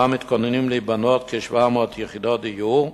שבה מתוכננות להיבנות כ-700 יחידות דיור,